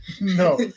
No